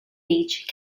beach